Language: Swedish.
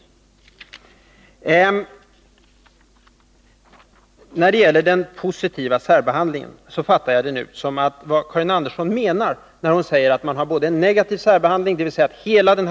Karin Andersson säger att vi har både en negativ särbehandling — dvs. att hela den här folkgruppen är utsatt för diskriminerande beslut — och en positiv särbehandling av assyrier/syrianer.